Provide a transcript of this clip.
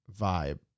vibe